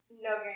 No